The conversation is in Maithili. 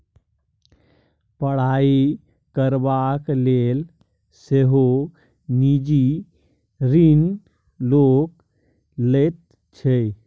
पढ़ाई करबाक लेल सेहो निजी ऋण लोक लैत छै